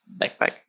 backpack